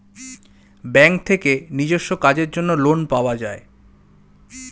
bank থেকে নিজস্ব কাজের জন্য লোন পাওয়া যায়